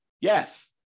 Yes